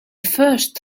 first